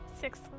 Six